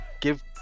give